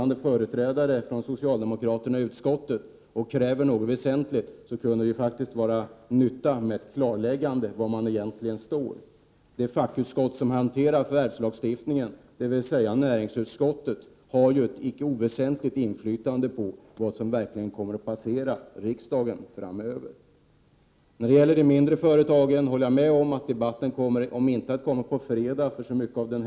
När företrädare för socialdemokraterna i utskottet officiellt tar ställning och kräver något väsentligt, kunde det faktiskt vara av värde med ett klarläggande av vilken ståndpunkt man egentligen har! Det fackutskott som handlägger förvärvslagstiftningen, dvs. näringsutskottet, har ju ett icke oväsentligt inflytande över vad som verkligen kommer att passera i riksdagen framöver. Jag håller med om att debatten om de mindre företagen inte kommer att hållas i någon större utsträckning på fredag.